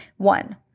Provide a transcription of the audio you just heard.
one